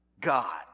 God